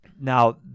now